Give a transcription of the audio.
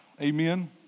Amen